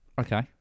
Okay